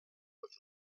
with